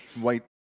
white